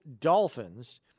Dolphins